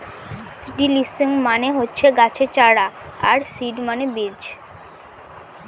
seedlings মানে হচ্ছে গাছের চারা আর সিড মানে বীজ